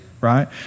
right